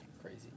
Crazy